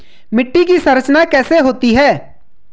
मिट्टी की संरचना कैसे होती है?